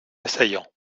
assaillants